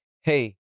Hey